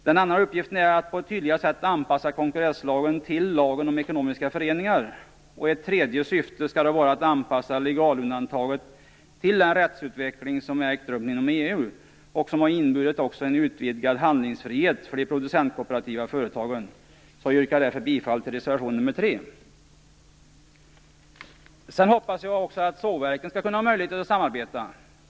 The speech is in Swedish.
Den andra uppgiften är att på ett tydligare sätt anpassa konkurrenslagen till lagen om ekonomiska föreningar. Ett tredje syfte skall vara att anpassa legalundantaget till den rättsutveckling som ägt rum inom EU och som också har inneburit utvidgad handlingsfrihet för de producentkooperativa företagen. Jag yrkar därför bifall till reservation nr 3. Sedan hoppas jag att också sågverken skall ha möjlighet att samarbeta.